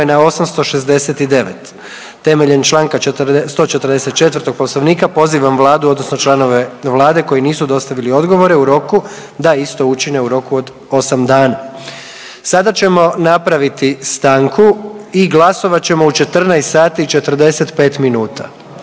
na 869. Temeljem članka 144. Poslovnika pozivam Vladu, odnosno članove Vlade koji nisu dostavili odgovore u roku da isto učine u roku od 8 dana. Sada ćemo napraviti stanku i glasovat ćemo u 14,00 sati i 45 minuta,